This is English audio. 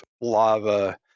lava